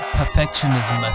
perfectionism